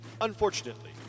Unfortunately